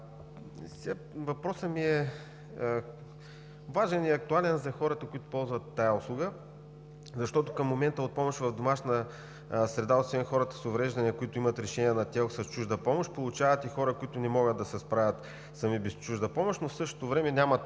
Въпросът ми е важен и актуален за хората, които ползват тази услуга, защото към момента от помощ в домашна среда освен хората с увреждания, които имат решения на ТЕЛК, помощ получават и хора, които не могат да се справят сами без чужда помощ, но в същото време по